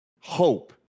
hope